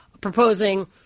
proposing